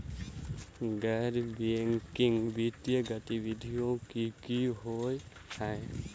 गैर बैंकिंग वित्तीय गतिविधि की होइ है?